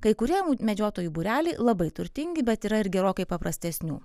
kai kurie medžiotojų būreliai labai turtingi bet yra ir gerokai paprastesnių